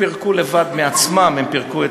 הם פירקו לבד, מעצמם הם פירקו.